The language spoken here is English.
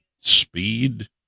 speed